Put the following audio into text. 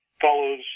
follows